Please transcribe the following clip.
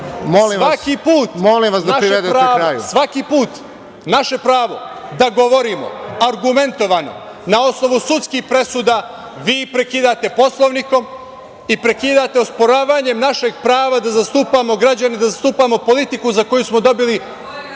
Svaki put naše pravo da govorimo argumentovano na osnovu sudskih presuda, vi prekidate Poslovnikom i prekidate osporavanjem našeg prava, građani da zastupamo politiku za koju smo dobili